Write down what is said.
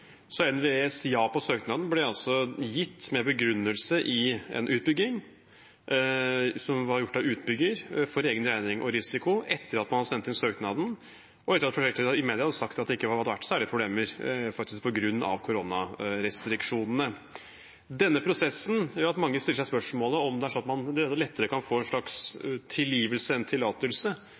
Så NVEs ja på søknaden ble altså gitt med begrunnelse i en utbygging som var gjort av utbygger for egen regning og risiko etter at man hadde sendt inn søknaden, og etter at prosjektleder i mediene faktisk hadde sagt at det ikke hadde vært særlige problemer på grunn av koronarestriksjonene. Denne prosessen gjør at mange stiller seg spørsmålet om det er slik at man lettere kan få en slags tilgivelse enn tillatelse